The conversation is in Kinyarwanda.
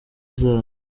zabo